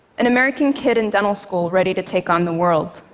an american kid in dental school ready to take on the world.